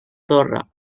torre